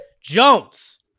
Jones